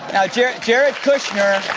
now jared jared kushner